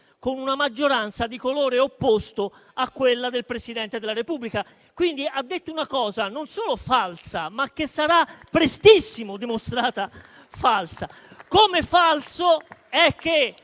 con una maggioranza di colore opposto a quella del Presidente della Repubblica, quindi ha detto una cosa non solo falsa, ma che sarà prestissimo dimostrata falsa.